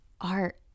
art